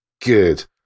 good